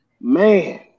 Man